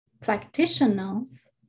practitioners